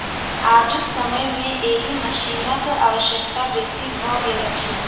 आजुक समय मे एहि मशीनक आवश्यकता बेसी भ गेल अछि